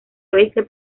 oeste